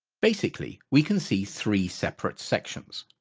basically we can see three separate sections.